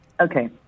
Okay